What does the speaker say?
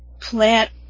plant